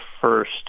first